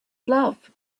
love